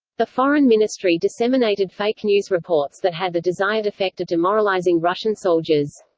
the foreign ministry disseminated fake news reports that had the desired effect of demoralizing russian soldiers.